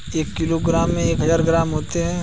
एक किलोग्राम में एक हजार ग्राम होते हैं